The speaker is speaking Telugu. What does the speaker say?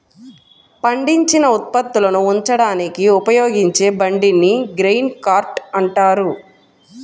పండించిన ఉత్పత్తులను ఉంచడానికి ఉపయోగించే బండిని గ్రెయిన్ కార్ట్ అంటారు